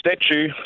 statue